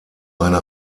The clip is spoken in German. eine